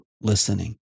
listening